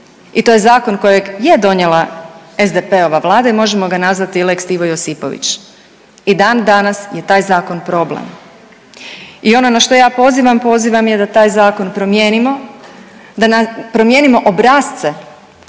i to je zakon kojeg je donijela SDP-ova Vlada i možemo ga nazvati i lex Ivo Josipović i dandanas je taj zakon problem i ono na što ja pozivam, pozivam je da taj zakon promijenimo, da promijenimo obrasce i modele